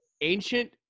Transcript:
Ancient